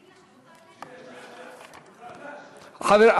רויטל, שנייה.